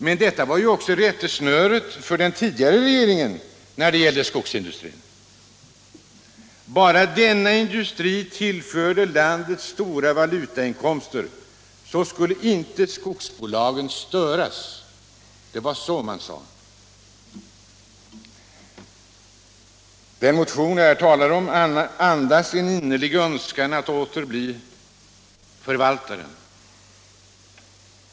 Men detta var ju också rättesnöret för den tidigare regeringen när det gällde skogsindustrin. Om bara denna industri tillförde landet stora valutainkomster, så skulle inte skogsbolagen störas. Det var så man sade. Den motion jag här talar om andas en innerlig önskan hos partiet att åter bli förvaltaren.